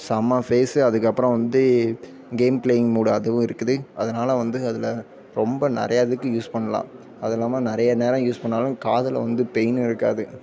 செம்மை ஃபேஸ் அதுக்குப்புறம் வந்து கேம் பிளேயிங் மோட் அதுவும் இருக்குது அதனாலே வந்து அதில் ரொம்ப நிறையா இதுக்கு யூஸ் பண்ணலாம் அது இல்லாமல் நிறைய நேரம் யூஸ் பண்ணிணாலும் காதில் வந்து பெயினும் இருக்காது